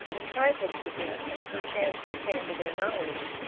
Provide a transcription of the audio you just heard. were trifles to them, if perchance they came to their knowledge.